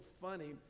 funny